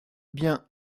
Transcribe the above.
bien